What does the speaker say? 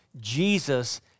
Jesus